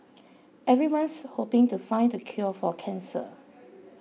everyone's hoping to find the cure for cancer